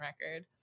record